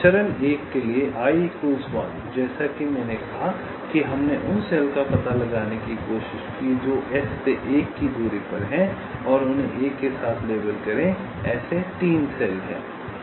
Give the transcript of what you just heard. चरण 1 के लिए जैसा कि मैंने कहा कि हमने उन सेल का पता लगाने की कोशिश की जो S से 1 की दूरी पर हैं और उन्हें 1 के साथ लेबल करें ऐसे 3 सेल हैं